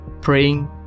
Praying